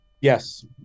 Yes